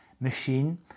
machine